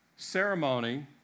Ceremony